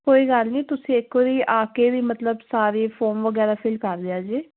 ਕੋਈ ਗੱਲ ਨਹੀਂ ਤੁਸੀਂ ਇੱਕ ਵਾਰੀ ਆ ਕੇ ਵੀ ਮਤਲਬ ਸਾਰੇ ਫੋਰਮ ਵਗੈਰਾ ਫਿਲ ਕਰ ਲਿਆ ਜੇ